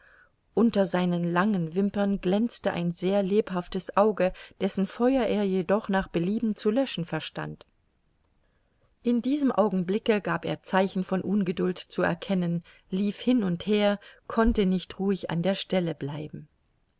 unter seinen langen wimpern glänzte ein sehr lebhaftes auge dessen feuer er jedoch nach belieben zu löschen verstand in diesem augenblicke gab er zeichen von ungeduld zu erkennen lief hin und her konnte nicht ruhig an der stelle bleiben